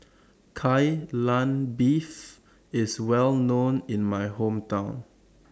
Kai Lan Beef IS Well known in My Hometown